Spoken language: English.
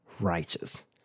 righteous